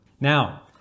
Now